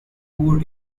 poor